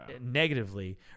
negatively